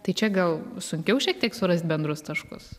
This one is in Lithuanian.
tai čia gal sunkiau šiek tiek surast bendrus taškus